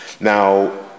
Now